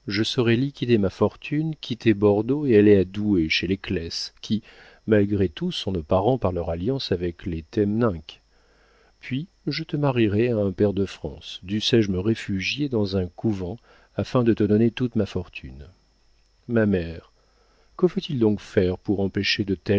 je saurais liquider ma fortune quitter bordeaux et aller à douai chez les claës qui malgré tout sont nos parents par leur alliance avec les temninck puis je te marierais à un pair de france dussé-je me réfugier dans un couvent afin de te donner toute ma fortune ma mère que faut-il donc faire pour empêcher de